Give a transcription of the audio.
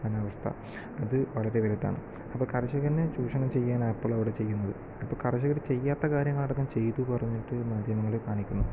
മനോവസ്ഥ അത് വളരെ വലുതാണ് അപ്പം കർഷനെ ചൂഷണം ചെയുകയാണ് അപ്പളും അവിടെ ചെയ്യുന്നത് അപ്പ കർഷകര് ചെയ്യാത്ത കാര്യങ്ങളടക്കം ചെയ്തൂ പറഞ്ഞിട്ട് മാധ്യമങ്ങളിൽ കാണിക്കുന്നു